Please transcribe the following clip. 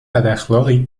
بداخلاقی